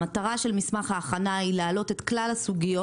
המטרה של מסמך ההכנה היא להעלות את כלל הסוגיות